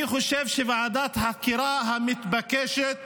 אני חושב שוועדת החקירה המתבקשת